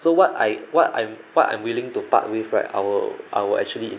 so what I what I'm what I'm willing to part with right I will I will actually